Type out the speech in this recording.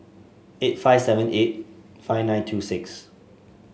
eight five seven eight five nine two six